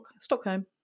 Stockholm